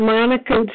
Monica